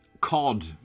cod